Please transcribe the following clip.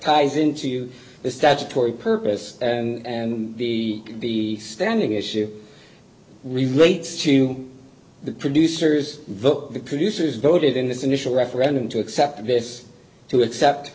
ties into the statutory purpose and the standing issue relates to the producers vote the producers voted in this initial referendum to accept this to accept